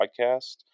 podcast